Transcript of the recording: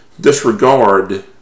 disregard